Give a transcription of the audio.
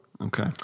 Okay